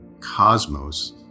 cosmos